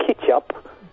ketchup